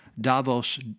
Davos